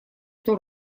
эту